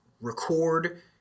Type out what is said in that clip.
record